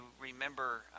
remember